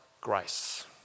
grace